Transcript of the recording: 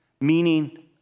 meaning